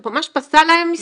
הוא ממש פסל להן משרה.